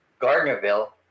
Gardnerville